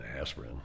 aspirin